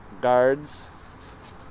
guards